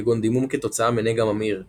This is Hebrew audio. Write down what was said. כגון דימום כתוצאה מנגע ממאיר וכדומה.